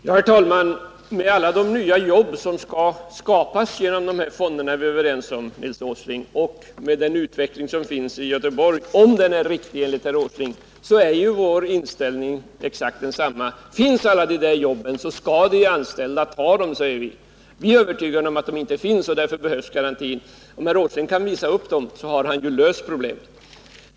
Herr talman! När det gäller de nya jobb som skall skapas genom fonderna och den utveckling som finns i Göteborg, om herr Åslings bedömning nu på den punkten är riktig, är vår inställning exakt densamma. Finns alla de där jobben, så skall de anställda ta dem, säger vi. Men vi är övertygade om att de inte finns, och därför behövs garantin. Om herr Åsling kan visa upp dem har han löst problemen.